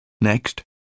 Next